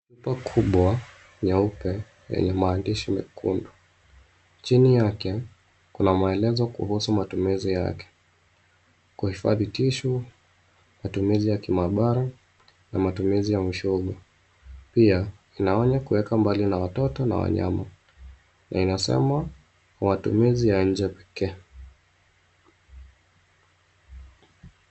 Chupa kubwa nyeupe yenye maandishi mekundu. Chini yake kuna maelezo kuhusu matumizi yake, kuhifadhi tishu, matumizi ya kimaabara na matumizi ya mifugo pia inaonya kuweka mbali na watoto na wanyama na inasema matumizi ya nje pekee.